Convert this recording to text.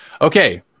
Okay